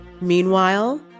Meanwhile